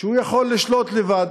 שהוא יכול לשלוט לבד.